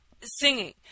singing